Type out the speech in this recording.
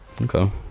okay